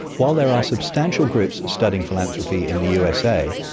while there are substantial groups studying philanthropy in the usa,